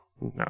no